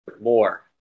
more